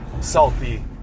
salty